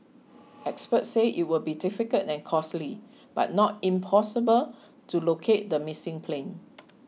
experts say it will be difficult and costly but not impossible to locate the missing plane